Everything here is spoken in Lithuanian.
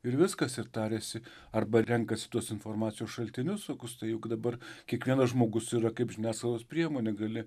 ir viskas ir tariasi arba renkasi tos informacijos šaltinius tokius juk dabar kiekvienas žmogus yra kaip žiniasklaidos priemonė gali